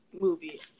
movie